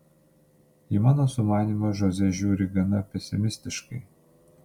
į mano sumanymą žoze žiūri gana pesimistiškai